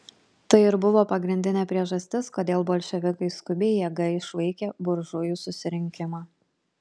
tai ir buvo pagrindinė priežastis kodėl bolševikai skubiai jėga išvaikė buržujų susirinkimą